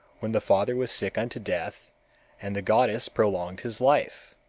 when the father was sick unto death and the goddess prolonged his life.